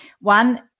One